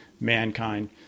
mankind